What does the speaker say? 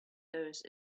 those